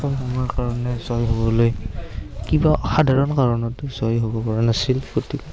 কম সময়ৰ কাৰণে জয় হ'বলৈ কিবা সাধাৰণ কাৰণত জয় হ'ব পৰা নাছিল গতিকে